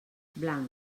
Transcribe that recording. blanc